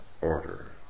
order